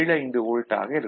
75 volt ஆக இருக்கும்